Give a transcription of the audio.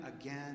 again